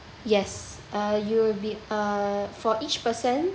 yes uh you'll be uh for each person